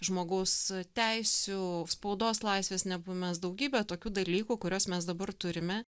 žmogaus teisių spaudos laisvės nebuvimas daugybę tokių dalykų kuriuos mes dabar turime